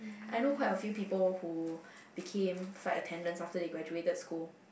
I know quite a few people who became flight attendants after they graduated school